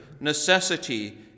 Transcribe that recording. necessity